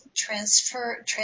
transfer